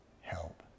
help